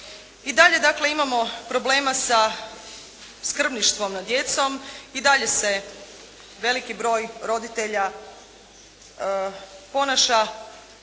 dakle imamo problema sa skrbništvom nad djecom, i dalje se veliki broj roditelja ponaša